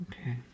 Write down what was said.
Okay